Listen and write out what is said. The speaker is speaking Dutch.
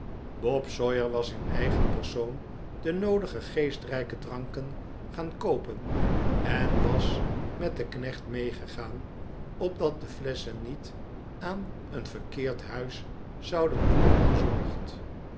bob sawyer was in eigen persoon de noodige geestrijke dranken gaan koopen en was met den knecht meegegaan opdat de flesschen niet aan een verkeerd huis zouden worden bezorgd